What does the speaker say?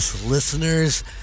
listeners